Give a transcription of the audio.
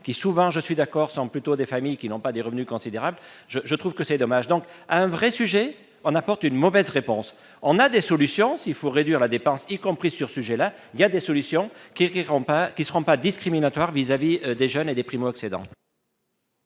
qui, souvent, je suis d'accord sont plutôt des familles qui n'ont pas des revenus considérables, je, je trouve que c'est dommage, donc, un vrai sujet, on apporte une mauvaise réponse, on a des solutions, s'il faut réduire la dépense, y compris sur ce gel, il y a des solutions qui arriveront pas qui seront pas discriminatoire vis-à-vis des jeunes et des primo-accédants.